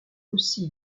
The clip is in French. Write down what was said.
aussi